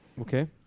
Okay